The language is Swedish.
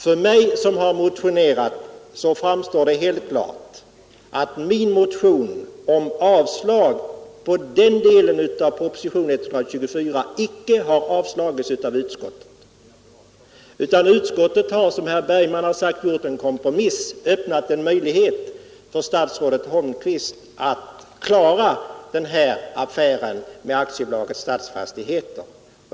För mig framstår det helt klart att min motion om avslag på den delen av proposition 124 icke avstyrkts av utskottet. Utskottet har, som herr Bergman har sagt, gjort en komprom öppnat en möjlighet för statsrådet Holmqvist att klara den här affären med AB Stadsfastigheter.